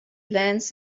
plants